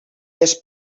les